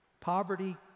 Poverty